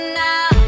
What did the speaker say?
now